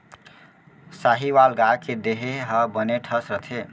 साहीवाल गाय के देहे ह बने ठस रथे